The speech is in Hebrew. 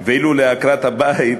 ואילו מעקרת-בית